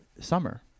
summer